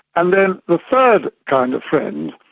and then the third kind of friend,